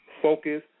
Focus